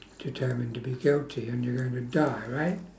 determined to be guilty and you're gonna die right